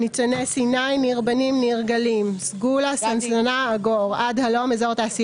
ניצני סיני ניר בנים ניר גלים סגולה סנסנה עגור עד הלום (א.ת.